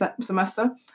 semester